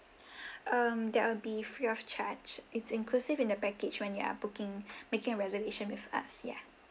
um that will be free of charge it's inclusive in the package when you are booking making a reservation with us yeah